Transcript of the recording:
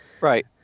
Right